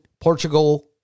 Portugal